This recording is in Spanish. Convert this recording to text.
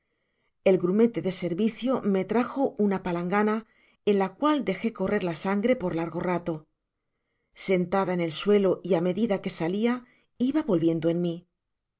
el grumete de servicio me trajo una palangana en la cual dejé correr la sangre por largo ralo sentada en el suelo y á medida que salia iba volviendo en mi